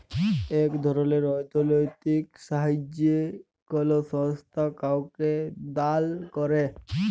ইক ধরলের অথ্থলৈতিক সাহাইয্য কল সংস্থা কাউকে দাল ক্যরে